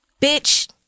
bitch